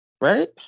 right